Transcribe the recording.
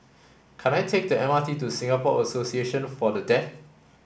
can I take the M R T to Singapore Association For The Deaf